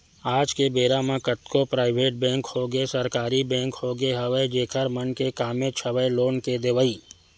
आज के बेरा म कतको पराइवेट बेंक होगे सरकारी बेंक होगे हवय जेखर मन के कामेच हवय लोन के देवई